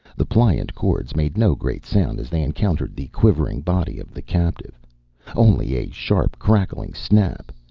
the pliant cords made no great sound as they encountered the quivering body of the captive only a sharp crackling snap,